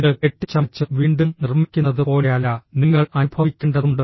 ഇത് കെട്ടിച്ചമച്ച് വീണ്ടും നിർമ്മിക്കുന്നത് പോലെയല്ല നിങ്ങൾ അനുഭവിക്കേണ്ടതുണ്ട്